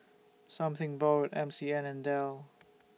Something Borrowed M C M and Dell